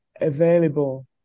available